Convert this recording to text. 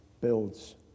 builds